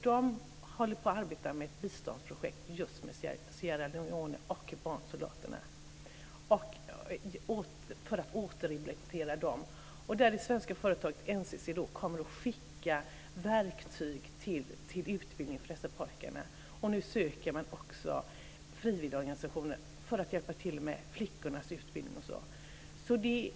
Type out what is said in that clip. De håller på att arbeta med ett biståndsprojekt med barnsoldaterna just i Sierra Leone för att rehabilitera dem. Det svenska företaget NCC kommer att skicka verktyg till utbildning för dessa pojkar. Nu söker man också frivilligorganisationer för att hjälpa till med flickornas utbildning.